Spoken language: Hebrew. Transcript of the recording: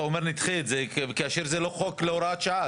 אתה אומר נדחה את זה, כאשר זה לא חוק להוראת שעה.